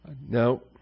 No